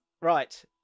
Right